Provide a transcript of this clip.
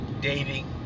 dating